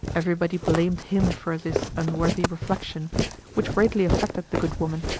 every body blamed him for this unworthy reflection which greatly affected the good woman.